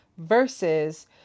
Versus